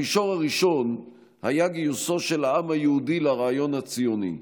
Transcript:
המישור הראשון היה גיוסו של העם היהודי לרעיון הציוני.